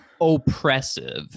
oppressive